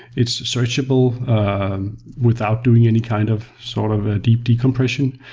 it's searchable without doing any kind of sort of a deep decompression.